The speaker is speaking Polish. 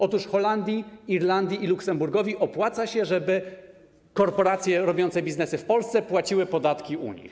Otóż Holandii, Irlandii i Luksemburgowi opłaca się, żeby korporacje robiące biznesy w Polsce płaciły podatki u nich.